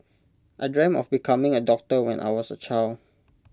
I dreamt of becoming A doctor when I was A child